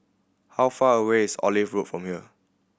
how far away is Olive Road from here